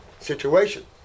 situation